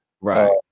right